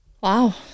Wow